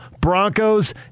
Broncos